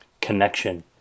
connection